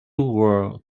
were